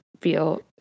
feel